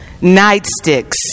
nightsticks